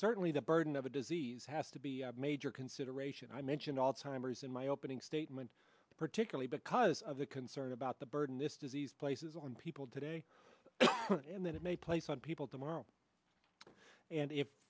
certainly the burden of a disease has to be a major consideration i mention all timers in my opening statement particularly because of the concern about the burden this disease places on people today and that it may place on people tomorrow and if